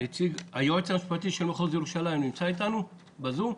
היועץ המשפטי של מחוז ירושלים נמצא איתנו בזום?